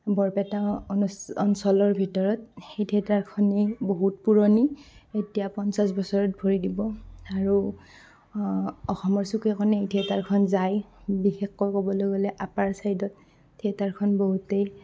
বৰপেটা অনুষ্ অঞ্চলৰ ভিতৰত সেই থিয়েটাৰখনেই বহুত পুৰণি এতিয়া পঞ্চাছ বছৰত ভৰি দিব আৰু অসমৰ চুকে কোণে এই থিয়েটাৰখন যায় বিশেষকৈ ক'বলৈ গ'লে আপাৰ ছাইডত থিয়েটাৰখন বহুতেই